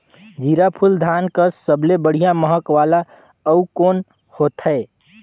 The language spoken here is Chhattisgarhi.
जीराफुल धान कस सबले बढ़िया महक वाला अउ कोन होथै?